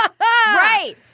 Right